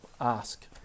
ask